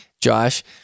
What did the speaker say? Josh